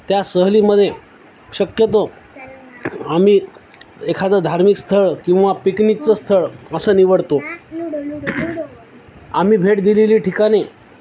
त्या सहलीमध्ये शक्यतो आम्ही एखाचं धार्मिक स्थळ किंवा पिकनिकचं स्थळ असं निवडतो आम्ही भेट दिलेली ठिकाणे